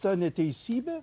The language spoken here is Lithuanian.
tą neteisybę